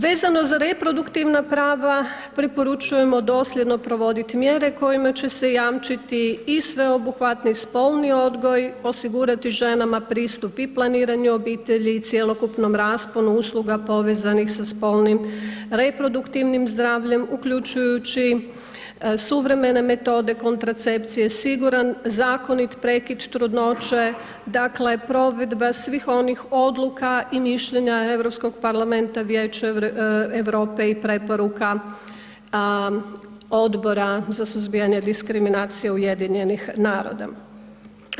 Vezano za reproduktivna prava, preporučujemo dosljedno provoditi mjere kojima će se jamčiti i sveobuhvatni spolni odgoj, osigurati ženama pristup i planiranju obitelji i cjelokupnom rasponu usluga povezanim sa spolnim reproduktivnim zdravljem uključujući suvremene metode kontracepcije, siguran zakonit prekid trudnoće, dakle, provedba svih onih odluka i mišljenja EU parlamenta i Vijeća Europe i preporuka Odbora za suzbijanje diskriminacije UN-a.